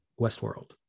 Westworld